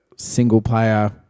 single-player